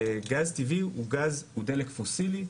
גז טבעי הוא דלק פוסילי,